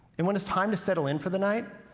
and when it's time to settle in for the night,